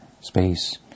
space